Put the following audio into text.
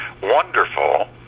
wonderful